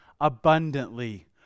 abundantly